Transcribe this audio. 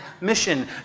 mission